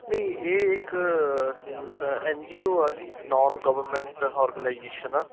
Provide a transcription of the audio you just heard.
ਨਹੀਂ ਇਹ ਇੱਕ ਐਨਜੀਓ ਆ ਜੀ ਨੋਨ ਗਵਰਮੈਂਟ ਆਰਗਨਾਈਜੇਸ਼ਨ ਆ